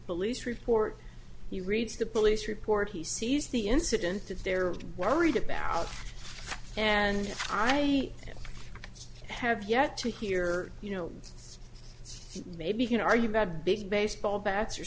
police report he reads the police report he sees the incident that they're worried about and i i have yet to hear you know maybe can argue that big baseball bats